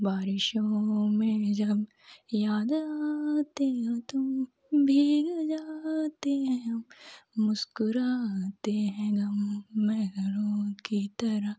बारिशों में जब याद आते हो तुम भीग जाते है हम मुस्कुराते हैं हम मैहरो की तरह